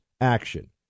action